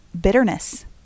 bitterness